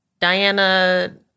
Diana